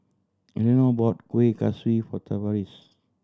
Elenor bought Kueh Kaswi for Tavaris